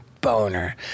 boner